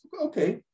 Okay